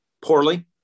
Poorly